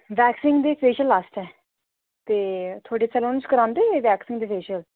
waxing ते facial आस्तै ते थुआढ़े सलून च करांदे एह् वैक्सिंग ते फेशिअल